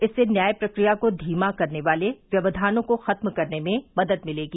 इससे न्याय प्रक्रिया को धीमा करने वाले व्यवधानों को खत्म करने में मदद मिलेगी